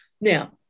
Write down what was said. Now